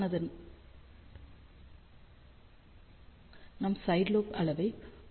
சீரானதுக்கு நாம் சைட்லோப் அளவை 3